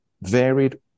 varied